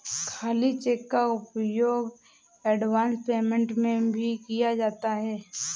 खाली चेक का उपयोग एडवांस पेमेंट में भी किया जाता है